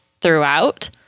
throughout